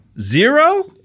Zero